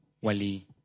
wali